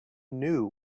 knew